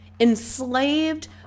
enslaved